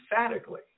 emphatically